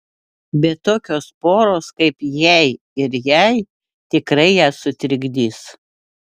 bet tokios poros kaip jei ir jai tikrai ją sutrikdys